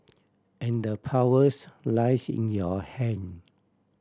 and the powers lies in your hand